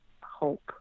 hope